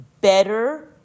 better